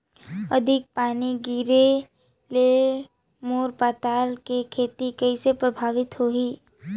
अधिक पानी गिरे ले मोर पताल के खेती कइसे प्रभावित होही?